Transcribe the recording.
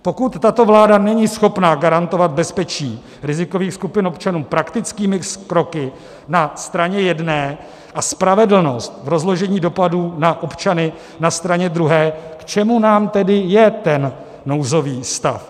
Pokud tato vláda není schopna garantovat bezpečí rizikových skupin občanů praktickými kroky na straně jedné a spravedlnost v rozložení dopadů na občany na straně druhé, k čemu nám tedy je ten nouzový stav?